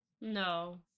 No